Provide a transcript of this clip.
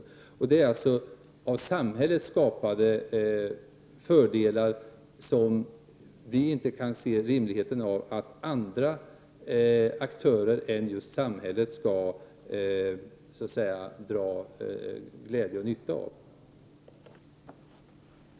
Det är just när det gäller sådana av samhället skapade fördelar som vi inte kan se rimligheten i att andra aktörer än just samhället skall ha glädje av och dra nytta av dem.